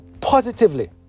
positively